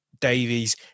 Davies